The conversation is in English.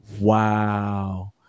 Wow